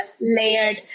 layered